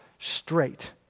straight